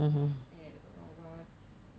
and while